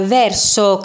verso